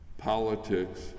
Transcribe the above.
Politics